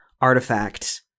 Artifact